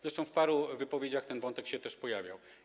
Zresztą w paru wypowiedziach ten wątek się też pojawiał.